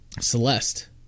Celeste